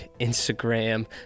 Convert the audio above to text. Instagram